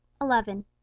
Eleven